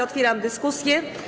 Otwieram dyskusję.